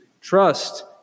Trust